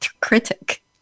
critic